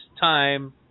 time